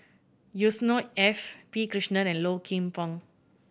Yusnor F P Krishnan and Low Kim Pong